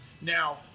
Now